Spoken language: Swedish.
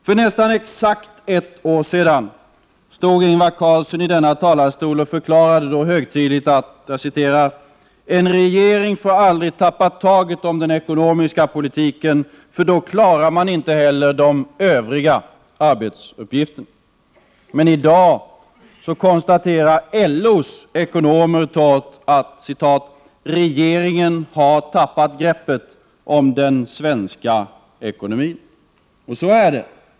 För nästan exakt ett år sedan stod Ingvar Carlsson i denna talarstol och förklarade högtidligt att ”en regering får aldrig tappa greppet om den ekonomiska politiken, för då klarar man inte heller de övriga arbetsuppgifterna”. Men i dag konstaterar LO:s ekonomer torrt att ”regeringen har tappat greppet om den svenska ekonomin”. Så är det.